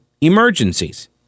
emergencies